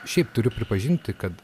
šiaip turiu pripažinti kad